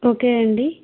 okay అండి